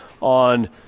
on